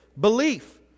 belief